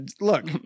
Look